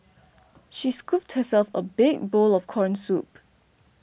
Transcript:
she scooped herself a big bowl of Corn Soup